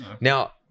Now